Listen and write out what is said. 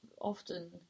often